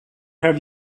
have